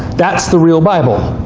that's the real bible.